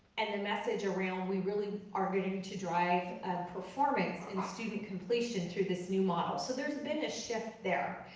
and the message around, we really are getting to drive performance and student completion through this new model. so there's been a shift there.